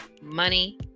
money